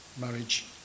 marriage